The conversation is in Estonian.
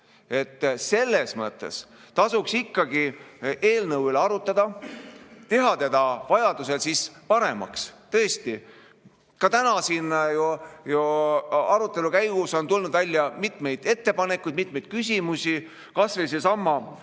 Selles mõttes tasuks ikkagi eelnõu üle arutada, teha seda vajadusel paremaks. Tõesti, ka täna on siin arutelu käigus tulnud välja mitmeid ettepanekuid, mitmeid küsimusi. Kas või küsimus,